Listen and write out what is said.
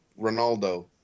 Ronaldo